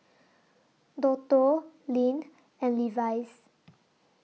Dodo Lindt and Levi's